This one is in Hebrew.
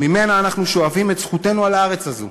ממנה אנו שואבים את זכותנו על הארץ הזאת,